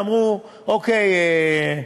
ואמרו אוקיי.